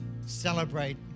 celebrate